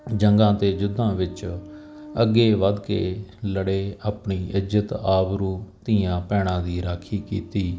ਜੰਗਾਂ ਅਤੇ ਯੁੱਧਾਂ ਵਿੱਚ ਅੱਗੇ ਵਧ ਕੇ ਲੜੇ ਆਪਣੀ ਇੱਜਤ ਆਵਰੂ ਧੀਆਂ ਭੈਣਾਂ ਦੀ ਰਾਖੀ ਕੀਤੀ